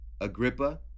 Agrippa